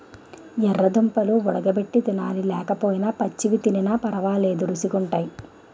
యెర్ర దుంపలు వుడగబెట్టి తినాలి లేకపోయినా పచ్చివి తినిన పరవాలేదు రుచీ గుంటయ్